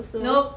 nope